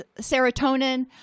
serotonin